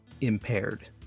impaired